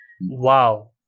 Wow